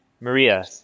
Maria